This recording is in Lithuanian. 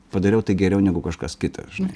padariau tai geriau negu kažkas kitas žinai